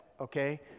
Okay